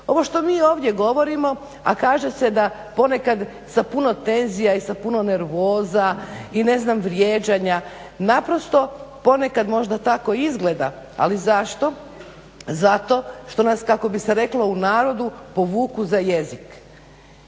Ovo što mi ovdje govorimo, a kaže se da ponekad sa puno tenzija i sa puno nervoza i ne znam vrijeđanja naprosto ponekad možda tako izgleda, ali zašto? Zato što nas kako bi se reklo u narodu povuku za jezik.